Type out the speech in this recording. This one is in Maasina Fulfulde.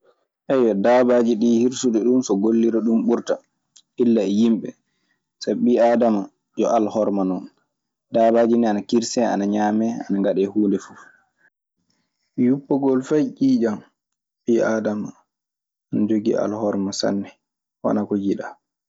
daabaaji ɗii hirsude ɗun so gollira ɗun ɓurata illa e yimɓe sabi ɓii aadama yo alhorma non. Daabaaji ne ana kirsee, ana ñaamee, ana ngaɗee huunde fuf. Yuppugol fay ƴiiƴan ɓii aadama ne jogii alhorma sanne, wanaa ko yiɗaa.